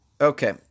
Okay